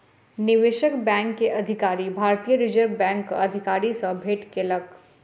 निवेशक बैंक के अधिकारी, भारतीय रिज़र्व बैंकक अधिकारी सॅ भेट केलक